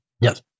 Yes